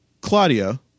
Claudia